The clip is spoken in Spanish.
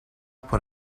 por